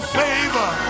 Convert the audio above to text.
favor